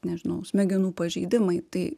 nežinau smegenų pažeidimai tai